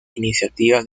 iniciativa